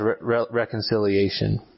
reconciliation